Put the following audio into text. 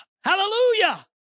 Hallelujah